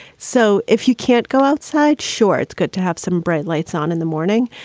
so if you can't go outside. sure. it's good to have some bright lights on in the morning.